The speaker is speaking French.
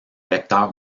vecteur